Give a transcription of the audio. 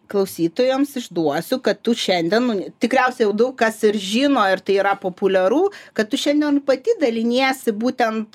klausytojams išduosiu kad tu šiandien n tikriausiai jau daug kas ir žino ir tai yra populiaru kad tu šiandien pati daliniesi būtent